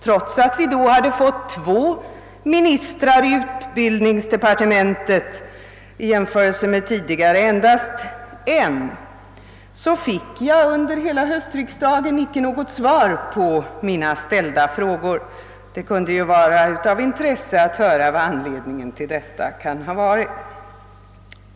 Trots att vi då hade fått två ministrar i utbildningsdepartementet mot tidigare endast en, erhöll jag inte under hela höstriksdagen något svar på mina frågor. Det kan vara av intresse att få veta vad anledningen till detta kan ha varit.